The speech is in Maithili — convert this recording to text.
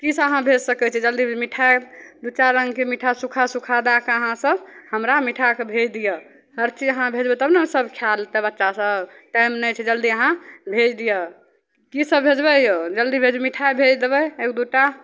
कि सब अहाँ भेजि सकै छिए जल्दीमे मिठाइ दुइ चारि रङ्गके मिठाइ सूखा सूखा दैके अहाँ सब हमरा मिठाइके भेज दिअऽ हर चीज अहाँ भेजबै तब ने सब खै लेतै बच्चासभ टाइम नहि छै जल्दी अहाँ भेजि दिअऽ कि सब भेजबै औ जल्दी भेजू मिठाइ भेजि देबै एक दुइ टा